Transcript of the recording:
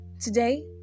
today